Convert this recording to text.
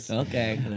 Okay